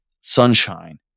sunshine